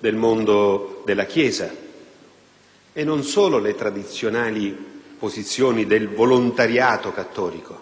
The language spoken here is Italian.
del mondo della Chiesa. Non mi riferisco solo alle tradizionali posizioni del volontariato cattolico,